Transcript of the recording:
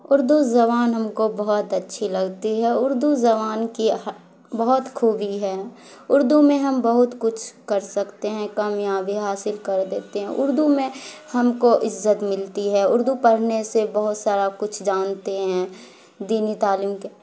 اردو زبان ہم کو بہت اچھی لگتی ہے اردو زبان کی بہت خوبی ہے اردو میں ہم بہت کچھ کر سکتے ہیں کامیابی حاصل کر دیتے ہیں اردو میں ہم کو عزت ملتی ہے اردو پڑھنے سے بہت سارا کچھ جانتے ہیں دینی تعلیم کے